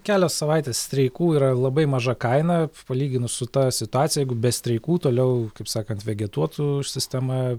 kelios savaitės streikų yra labai maža kaina palyginus su ta situacija jeigu be streikų toliau kaip sakant vegetuotų sistema